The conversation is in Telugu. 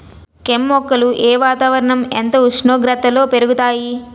కెమ్ మొక్కలు ఏ వాతావరణం ఎంత ఉష్ణోగ్రతలో పెరుగుతాయి?